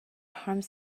harms